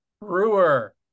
Brewer